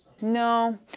No